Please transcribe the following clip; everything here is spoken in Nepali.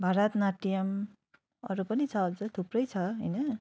भरतनाट्यम अरू पनि छ अझै थुप्रै छ होइन